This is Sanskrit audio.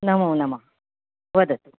नमो नमः वदतु